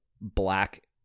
black